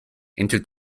into